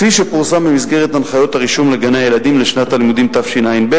כפי שפורסם במסגרת הנחיות הרישום לגני-ילדים לשנת הלימודים תשע"ב.